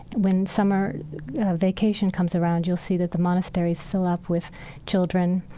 when summer vacation comes around, you'll see that the monasteries fill up with children.